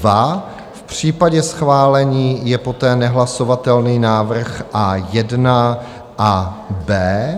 V případě schválení je poté nehlasovatelný návrh A1 a B.